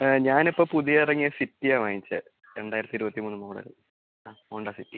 ഞാൻ ഇപ്പം പുതിയ ഇറങ്ങിയ സിറ്റി ആണ് വാങ്ങിച്ചത് രണ്ടായിരത്തി ഇരുപത്തി മൂന്ന് മോഡൽ ആ ഹോണ്ടാ സിറ്റി